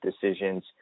decisions